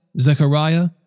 Zechariah